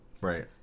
right